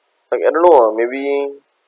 like I don't know ah maybe